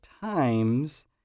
times